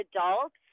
adults